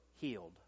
healed